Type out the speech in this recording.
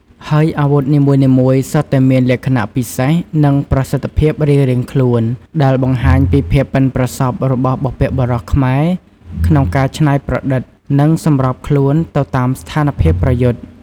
ហើយអាវុធនីមួយៗសុទ្ធតែមានលក្ខណៈពិសេស និងប្រសិទ្ធភាពរៀងៗខ្លួន ដែលបង្ហាញពីភាពប៉ិនប្រសប់របស់បុព្វបុរសខ្មែរក្នុងការច្នៃប្រឌិត និងសម្របខ្លួនទៅតាមស្ថានភាពប្រយុទ្ធ។